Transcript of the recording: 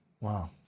Wow